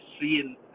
seeing